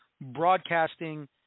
broadcasting